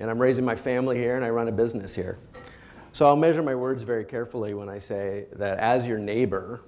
and i'm raising my family here and i run a business here so i measure my words very carefully when i say that as your neighbor